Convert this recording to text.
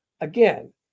again